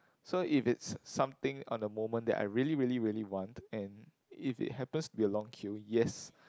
so if it's something on the moment that I really really really want and if it happens to be a long queue yes